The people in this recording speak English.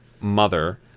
Mother